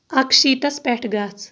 اکشیٖتَس پیٹھ گژھ